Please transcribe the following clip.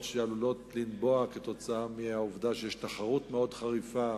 שעלולות לנבוע מהעובדה שיש תחרות מאוד חריפה